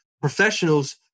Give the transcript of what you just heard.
professionals